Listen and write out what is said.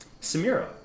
Samira